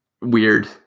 weird